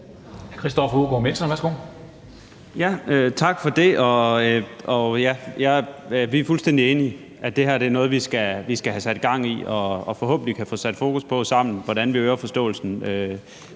Christoffer Aagaard Melson (V): Tak for det, og vi er fuldstændige enige om, at det her er noget, vi skal have sat gang i, og vi kan forhåbentlig sammen få sat fokus på, hvordan vi øger forståelsen